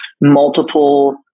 multiple